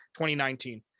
2019